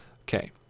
Okay